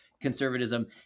conservatism